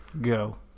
Go